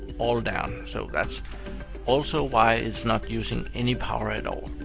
all down, so that's also why it's not using any power at all.